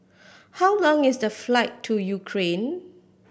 how long is the flight to Ukraine